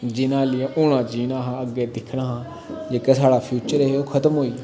जिन्हैं आह्ली होना जीना हा अग्गे दिक्खना हा जेह्का साढ़ा फ्यूचर हे ओह् खत्म होइया